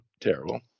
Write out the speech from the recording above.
terrible